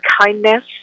kindness